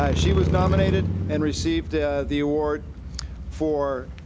ah she was nominated and received the award for